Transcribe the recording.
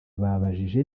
babajije